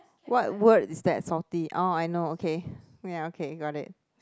what word is that salty oh I know okay ya okay got it